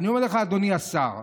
אדוני השר,